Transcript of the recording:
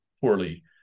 poorly